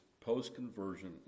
post-conversion